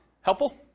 Helpful